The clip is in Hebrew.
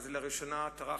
לראשונה טרחתי,